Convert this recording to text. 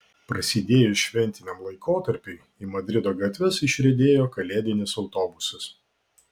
prasidėjus šventiniam laikotarpiui į madrido gatves išriedėjo kalėdinis autobusas